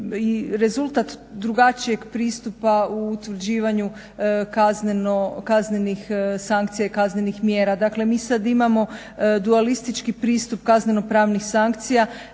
rezultat drugačijeg pristupa u utvrđivanju kaznenih sankcija i kaznenih mjera. Dakle, mi sad imamo dualistički pristup kazneno-pravnih sankcija.